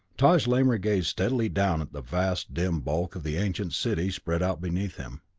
taj lamor gazed steadily down at the vast dim bulk of the ancient city spread out beneath him.